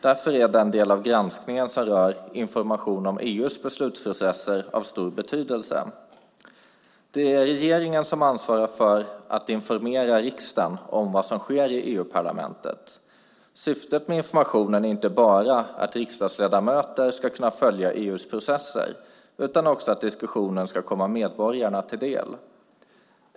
Därför är den del av granskningen som rör information om EU:s beslutsprocesser av stor betydelse. Det är regeringen som ansvarar för att informera riksdagen om vad som sker i EU-parlamentet. Syftet med informationen är inte bara att riksdagsledamöter ska kunna följa EU:s processer utan också att diskussionerna ska komma medborgarna till del.